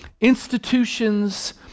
Institutions